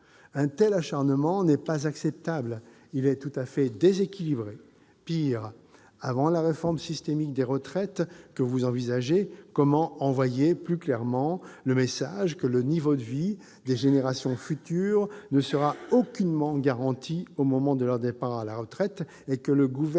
Un tel acharnement n'est pas acceptable. Ce choix est tout à fait déséquilibré. Pis, avant la réforme systémique des retraites que vous envisagez, comment envoyer plus clairement le message que le niveau de vie des générations futures ne sera aucunement garanti au moment de leur départ à la retraite, et que le Gouvernement